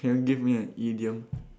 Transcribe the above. can you give me an idiom